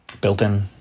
built-in